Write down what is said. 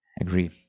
Agree